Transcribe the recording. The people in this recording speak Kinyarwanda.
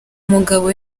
mugabo